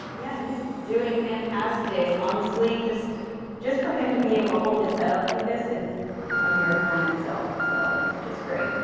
yeah he's doing fantastic. honestly just just, for him to be able to hold his head up like this is a miracle in itself. it so is just great.